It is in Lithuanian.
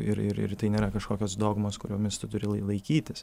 ir ir ir tai nėra kažkokios dogmos kuriomis tu turi lai laikytis